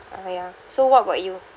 uh ya so what about you